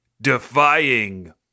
Defying